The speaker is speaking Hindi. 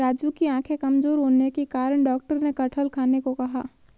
राजू की आंखें कमजोर होने के कारण डॉक्टर ने कटहल खाने को कहा